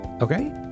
Okay